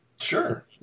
Sure